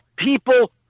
People